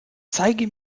zeige